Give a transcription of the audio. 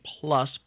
plus